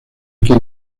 quien